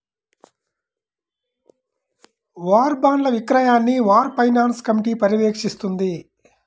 war బాండ్ల విక్రయాన్ని war finance committee పర్యవేక్షిస్తుంది